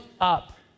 up